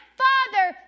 father